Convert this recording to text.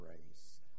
grace